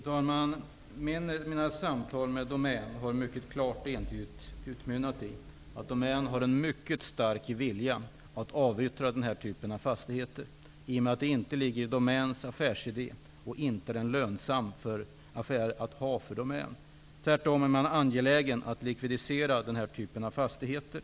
Fru talman! Mina samtal med Domän har klart och entydigt utmynnat i att Domän har en mycket stark vilja att avyttra denna typ av fastigheter. Dessa ligger inte i linje med Domäns affärsidé och är inte lönsamma för Domän. Tvärtom är man angelägen om att likvidera denna typ av fastigheter.